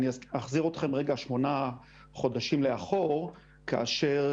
אחזיר אתכם רגע שמונה חודשים לאחור כאשר